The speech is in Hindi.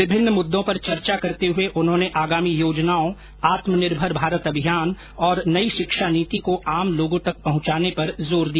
विभिन्न मुददों पर चर्चा करते हथे उन्होने आगामी योजनाओं आत्मनिर्भर भारत अभियान और नई शिक्षा नीति को आम लोगों तक पहुंचाने पर जोर दिया